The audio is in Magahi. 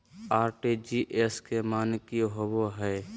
आर.टी.जी.एस के माने की होबो है?